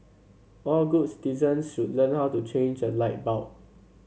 all good citizens should learn how to change a light bulb